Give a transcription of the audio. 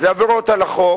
זה עבירות על החוק.